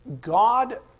God